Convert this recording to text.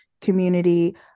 community